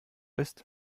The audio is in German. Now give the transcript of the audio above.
ist